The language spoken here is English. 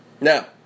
Now